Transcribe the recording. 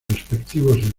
respectivos